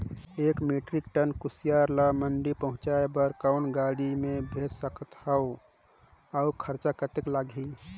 एक metric ton कुसियार ल मंडी पहुंचाय बर कौन गाड़ी मे भेज सकत हव अउ खरचा कतेक लगही?